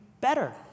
better